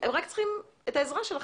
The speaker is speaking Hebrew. הם רק צריכים את העזרה שלכם.